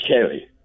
Kelly